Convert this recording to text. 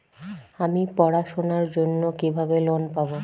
আমি পড়াশোনার জন্য কিভাবে লোন পাব?